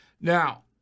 Now